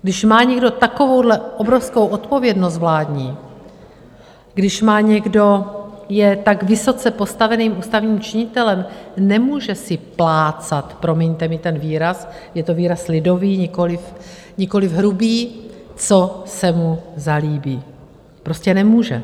Když má někdo takovouhle obrovskou odpovědnost vládní, když je někdo tak vysoce postaveným ústavním činitelem, nemůže si plácat promiňte mi ten výraz, je to výraz lidový, nikoliv hrubý co se mu zalíbí, prostě nemůže.